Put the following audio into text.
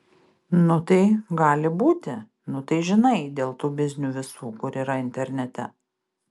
nu tai gali būti nu tai žinai dėl tų biznių visų kur yra internete